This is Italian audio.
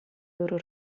loro